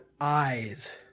eyes